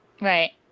Right